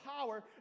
power